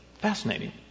Fascinating